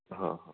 हो हो